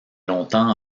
longtemps